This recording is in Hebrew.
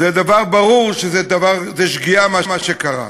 ברור שזו שגיאה, מה שקרה.